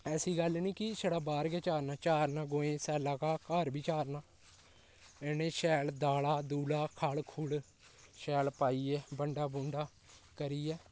ऐसी गल्ल निं की छड़ा बाहर गै चारना चारना गौऐं ई सै'ल्ला घाऽ घर बी चारना में इ'नें ई शैल दाला दूला खल खुल शैल पाइयै बंडा बुंडा करियै